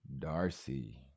Darcy